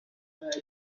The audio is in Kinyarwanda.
bakwiye